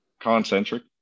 concentric